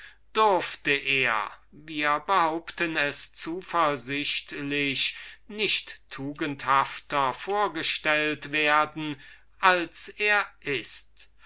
konnte er wir behaupten es zuversichtlich nicht tugendhafter vorgestellt werden als er ist